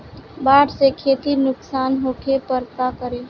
बाढ़ से खेती नुकसान होखे पर का करे?